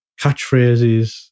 catchphrases